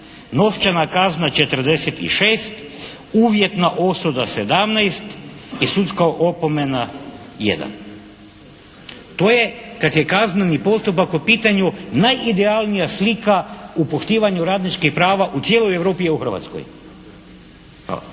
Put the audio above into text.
Novčana kazna 46, uvjetna osuda 17 i sudska opomena 1. To je kad je kazneni postupak po pitanju najidealnija slika u poštivanju radničkih prava u cijeloj Europi i u Hrvatskoj.